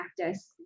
practice